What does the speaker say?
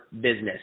business